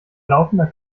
laufender